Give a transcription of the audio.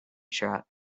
truck